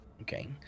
Okay